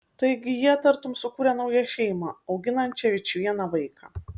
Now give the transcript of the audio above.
taigi jie tartum sukūrė naują šeimą auginančią vičvieną vaiką